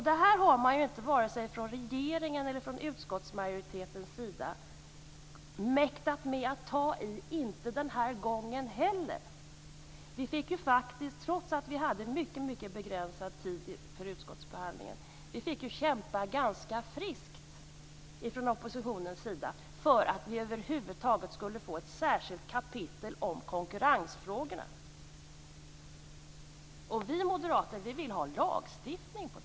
Det här har man varken från regeringens eller utskottsmajoritetens sida mäktat att ta itu med den här gången heller. Vi fick ju faktiskt, trots att vi hade en mycket, mycket begränsad tid för utskottsbehandlingen, kämpa ganska friskt från oppositionens sida för att över huvud taget få ett särskilt kapitel om konkurrensfrågorna. Vi moderater vill ha en lagstiftning om detta.